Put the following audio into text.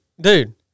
dude